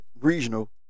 regional